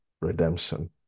redemption